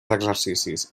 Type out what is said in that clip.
exercicis